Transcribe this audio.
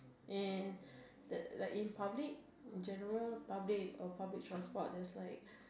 in the like in public general public or public transport there's like